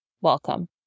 Welcome